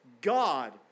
God